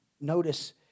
Notice